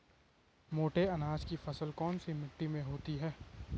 मोटे अनाज की फसल कौन सी मिट्टी में होती है?